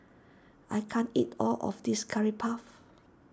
I can't eat all of this Curry Puff